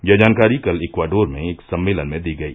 यह जानकारी कल इक्वाडोर में एक सम्मेलन में दी गई